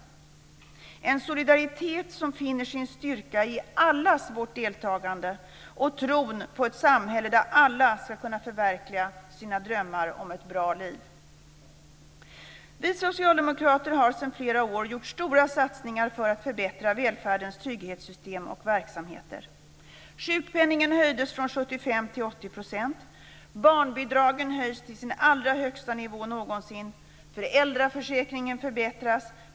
Det handlar om en solidaritet som finner sin styrka i allas vårt deltagande och i tron på ett samhälle där alla ska kunna förverkliga sina drömmar om ett bra liv. Vi socialdemokrater har sedan flera år gjort stora satsningar för att förbättra välfärdens trygghetssystem och verksamheter. Sjukpenningen höjdes från 75 % till 80 %. Barnbidragen höjs till sin allra högsta nivå någonsin. Föräldraförsäkringen förbättras.